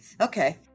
Okay